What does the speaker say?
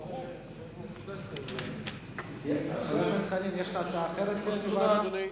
חבר הכנסת חנין, יש לך הצעה אחרת לאיזו ועדה?